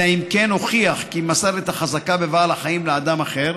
אלא אם כן הוכיח כי מסר את החזקה בבעל החיים לאדם אחר,